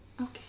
Okay